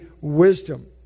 wisdom